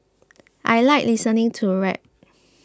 I like listening to rap